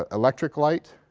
ah electric light